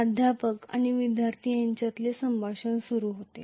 प्राध्यापक आणि विद्यार्थी यांच्यात संभाषण सुरू होते